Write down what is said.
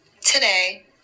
today